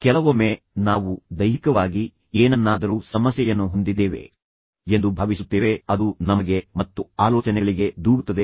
ಕೆಲವೊಮ್ಮೆ ನಾವು ದೈಹಿಕವಾಗಿ ಏನನ್ನಾದರೂ ಸಮಸ್ಯೆಯನ್ನು ಹೊಂದಿದ್ದೇವೆ ಎಂದು ಭಾವಿಸುತ್ತೇವೆ ಅದು ನಮಗೆ ಮತ್ತು ಆಲೋಚನೆಗಳಿಗೆ ದೂಡುತ್ತದೆ